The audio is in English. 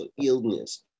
illness